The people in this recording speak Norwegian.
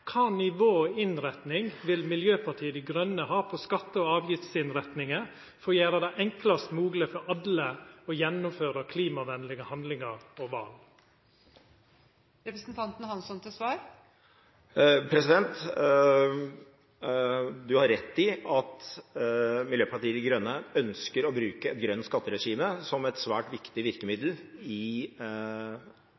Kva nivå – innretning – vil Miljøpartiet Dei Grøne ha på skatte- og avgiftsinnretninga for å gjera det enklast mogleg for alle å gjennomføra klimavenlege handlingar og val? Du har rett i at Miljøpartiet De Grønne ønsker å bruke et grønt skatteregime som et svært viktig